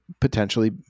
potentially